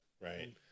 right